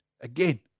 Again